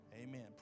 Amen